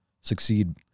succeed